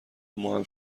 ماهم